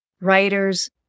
writers